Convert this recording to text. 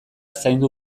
zaindu